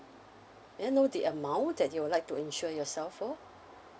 may I know the amount that you would like to insure yourself for